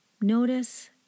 Notice